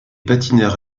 patineurs